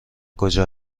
کجا